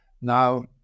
Now